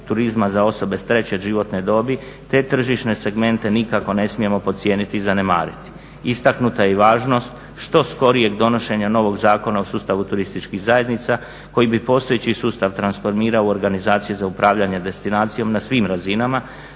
turizma za osobe treće životne dobi te tržišne segmente nikako ne smijemo podcijeniti i zanemariti. Istaknuta je i važnost što skorijeg donošenja donošenja novog Zakona o sustavu turističkih zajednica koji bi postojeći sustav transformirao u organizacije za upravljanje destinacijom na svim razinama